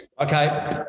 Okay